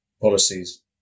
policies